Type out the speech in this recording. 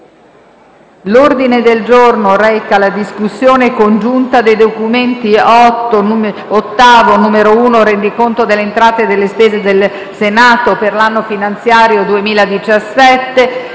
L'ordine del giorno reca la discussione congiunta dei documenti VIII, nn. 1 (Rendiconto delle entrate e delle spese del Senato per l'anno finanziario 2017)